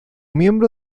miembro